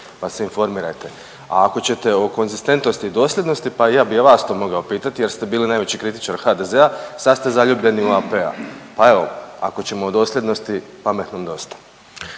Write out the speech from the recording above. pa se informirajte. A ako ćete o konzistentnosti i dosljednosti pa ja bih i vas to mogao pitati jer ste bili najveći kritičar HDZ-a, sad ste zaljubljeni u AP-a, pa evo ako ćemo od dosljednosti pametnom dosta.